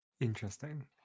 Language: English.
interesting